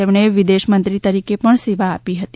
તેમણે વિદેશ મંત્રી તરીકે પણ સેવા આપી હતી